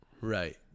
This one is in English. right